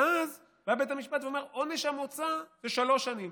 ואז בית המשפט אומר: עונש המוצא הוא שלוש שנים.